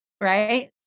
right